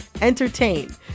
entertain